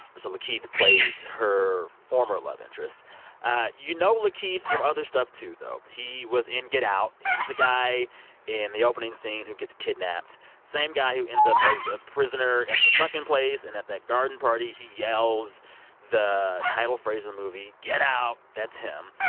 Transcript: so lakeith plays her former love interest you know lakeith from other stuff too, though. he was in get out. he's the guy in the opening scene who gets kidnapped. same guy who ends up as a prisoner in the second place, and at that garden party, he yells the title phrase of the movie get out. that's him.